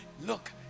look